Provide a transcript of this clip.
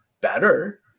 better